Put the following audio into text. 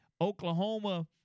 Oklahoma